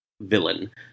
villain